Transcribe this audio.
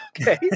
okay